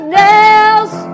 nails